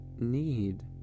Need